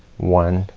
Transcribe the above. one,